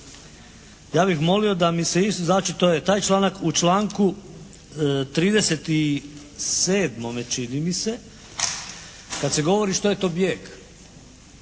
ja bih molio da mi se isto, znači to je taj članak, u članku 37. čini mi se, kad se govori što je to bijeg.